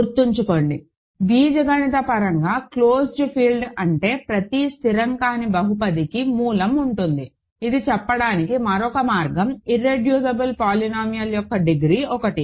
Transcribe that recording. గుర్తుంచుకోండి బీజగణితపరంగా closed field అంటే ప్రతి స్థిరం కాని బహుపదికి మూలం ఉంటుంది ఇది చెప్పడానికి మరొక మార్గం ఇర్రెడ్యూసిబుల్ పోలినామియల్ యొక్క డిగ్రీ 1